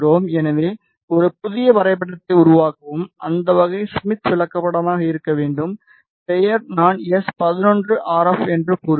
எனவே ஒரு புதிய வரைபடத்தை உருவாக்கவும் அந்த வகை ஸ்மித் விளக்கப்படமாக இருக்க வேண்டும் பெயர் நான் எஸ் 11 ஆர் எப் என்று கூறுவேன்